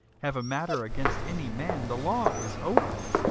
have a matter against any man, the law is open,